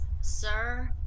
sir